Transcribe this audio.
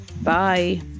Bye